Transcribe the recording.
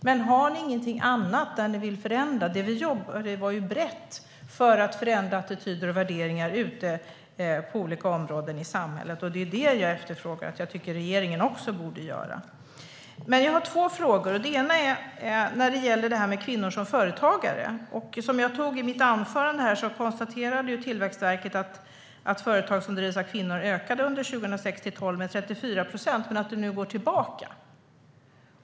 Men har ni ingenting annat som ni vill förändra? Vi jobbade brett för att förändra attityder och värderingar på olika områden i samhället. Det är det jag efterfrågar. Jag tycker att regeringen också borde göra det. Jag har två frågor. Den ena gäller kvinnor som företagare. Som jag tog upp i mitt anförande konstaterade Tillväxtverket att antalet företag som drivs av kvinnor ökade med 34 procent under 2006-2012 men att det nu går tillbaka.